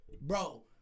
bro